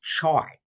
chart